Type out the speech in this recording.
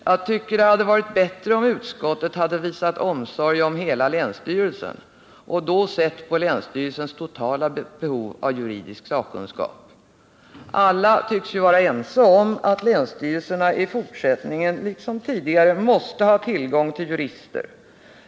Jag tycker det hade varit bättre om utskottet visat omsorg om hela länsstyrelsen, och då sett på länsstyrelsens totala behov av juridisk sakkunskap. Alla tycks ju vara ense om att länsstyrelserna i fortsättningen liksom tidigare måste ha tillgång till jurister.